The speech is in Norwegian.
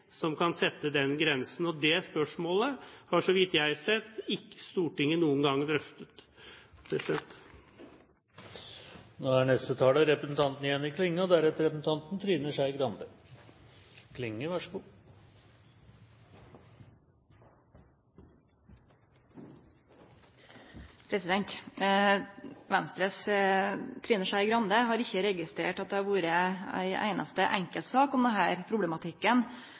som kan bestemme, og det spørsmålet har ikke Stortinget, så vidt jeg har sett, noen gang drøftet. Venstres Trine Skei Grande har ikkje registrert at det har vore ei einaste enkeltsak om denne problematikken,